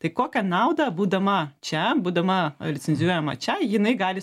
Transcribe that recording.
tai kokią naudą būdama čia būdama licenzijuojama čia jinai gali